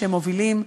מובילים.